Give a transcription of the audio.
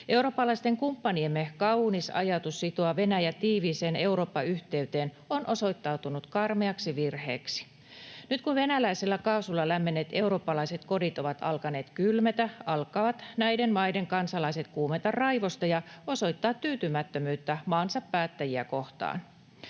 Eurooppalaisten kumppaniemme kaunis ajatus sitoa Venäjä tiiviiseen Eurooppa-yhteyteen on osoittautunut karmeaksi virheeksi. Nyt kun venäläisellä kaasulla lämmenneet eurooppalaiset kodit ovat alkaneet kylmetä, alkavat näiden maiden kansalaiset kuumeta raivosta ja osoittaa tyytymättömyyttä maansa päättäjiä kohtaan.